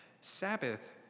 Sabbath